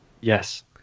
Yes